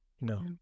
No